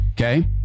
okay